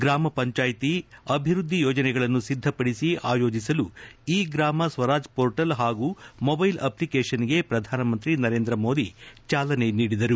ಗ್ರಾಮ ಪಂಚಾಯಿತಿ ಅಭಿವೃದ್ದಿ ಯೋಜನೆಗಳನ್ನು ಸಿದ್ದಪಡಿಸಿ ಆಯೋಜಿಸಲು ಇ ಗ್ರಾಮ ಸ್ವರಾಜ್ ಪೋರ್ಟಲ್ ಹಾಗೂ ಮೊಬೈಲ್ ಅಪ್ಲಿಕೇಷನ್ಗೆ ಪ್ರಧಾನಮಂತ್ರಿ ನರೇಂದ್ರ ಮೋದಿ ಚಾಲನೆ ನೀಡಿದರು